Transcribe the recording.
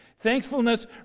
Thankfulness